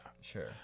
Sure